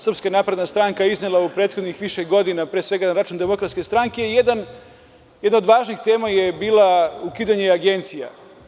Srpska napredna stranka je iznela u prethodnih više godina pre svega na račun Demokratske stranke i jedna od važnih tema je bila ukidanje agencija.